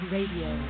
Radio